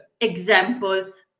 examples